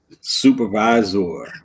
supervisor